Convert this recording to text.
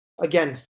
Again